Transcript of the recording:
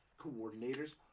coordinators